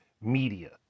media